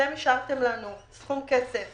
אתם אישרתם לנו סכום כסף